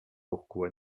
pourquoi